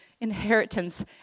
inheritance